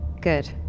Good